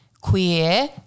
queer